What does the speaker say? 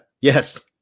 Yes